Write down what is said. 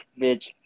bitch